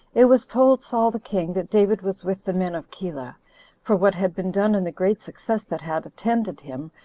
it was told saul the king that david was with the men of keilah for what had been done and the great success that had attended him,